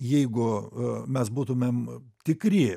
jeigu mes būtumėm tikri